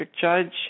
Judge